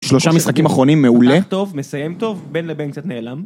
‫שלושה משחקים אחרונים מעולה. ‫-משחק טוב, מסיים טוב, ‫בין לבין קצת נעלם.